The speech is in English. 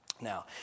Now